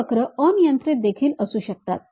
हे वक्र अनियंत्रित देखील असू शकतात